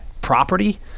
property